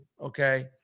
okay